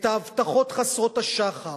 את ההבטחות חסרות השחר,